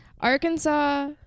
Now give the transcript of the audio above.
Arkansas